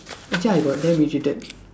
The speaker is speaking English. actually I got damn mistreated